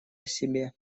себе